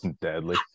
Deadly